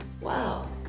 Wow